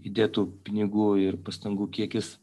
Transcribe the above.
įdėtų pinigų ir pastangų kiekis